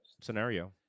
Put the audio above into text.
scenario